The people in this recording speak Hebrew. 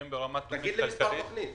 ברמת --- תגיד לי מספר תוכנית.